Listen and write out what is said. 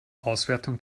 auswertung